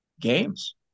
games